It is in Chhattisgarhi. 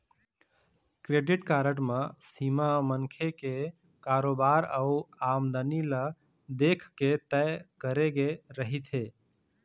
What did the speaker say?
क्रेडिट कारड म सीमा मनखे के कारोबार अउ आमदनी ल देखके तय करे गे रहिथे